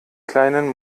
kleinen